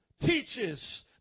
teaches